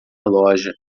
loja